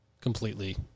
completely